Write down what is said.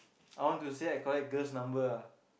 I want to say I collect girl's number ah